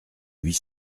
huit